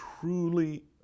truly